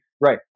Right